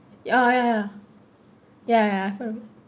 ya ya ya ya ya ya I've heard of it